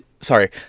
Sorry